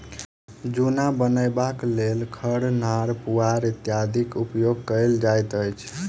जुन्ना बनयबाक लेल खढ़, नार, पुआर इत्यादिक उपयोग कयल जाइत अछि